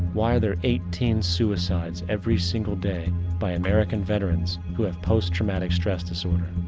why are there eighteen suicides every single day by american veterans who have post-traumatic stress disorder?